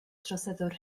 troseddwr